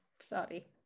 Sorry